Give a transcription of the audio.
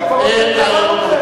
אבל עזוב,